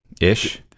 ish